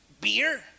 beer